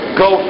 go